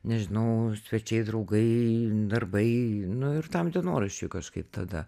nežinau svečiai draugai darbai nu ir tam dienoraščiui kažkaip tada